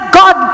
god